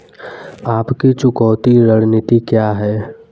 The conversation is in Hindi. आपकी चुकौती रणनीति क्या है?